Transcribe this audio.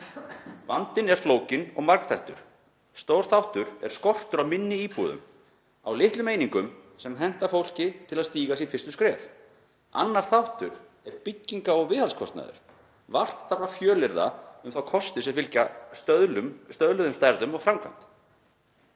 Vandinn er flókinn og margþættur. Stór þáttur er skortur á minni íbúðum, á litlum einingum sem henta fólki til að stíga sín fyrstu skref. Annar þáttur er byggingar- og viðhaldskostnaður. Vart þarf að fjölyrða um þá kosti sem fylgja stöðlum, stöðluðum stærðum og framkvæmd.